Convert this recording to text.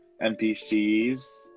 NPCs